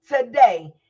today